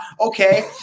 okay